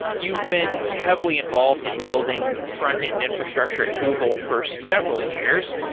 you've been heavily involved in building frontend infrastructure at google for several years.